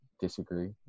disagree